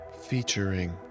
featuring